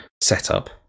setup